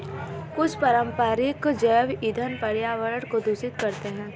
कुछ पारंपरिक जैव ईंधन पर्यावरण को प्रदूषित करते हैं